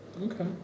Okay